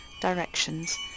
directions